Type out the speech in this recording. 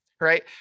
Right